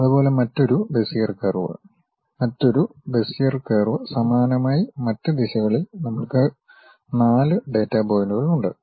അതുപോലെ മറ്റൊരു Bezier curve മറ്റൊരു ബെസിയർ കർവ് സമാനമായി മറ്റ് ദിശകളിൽ നമ്മൾക്ക് 4 ഡാറ്റ പോയിന്റുകളുണ്ട്